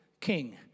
king